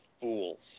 fools